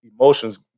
emotions